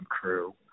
crew